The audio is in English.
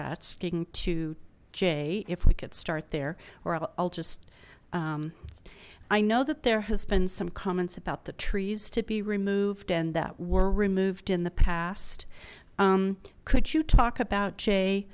getting to jay if we could start there or i'll just i know that there has been some comments about the trees to be removed and that were removed in the past could you talk about jay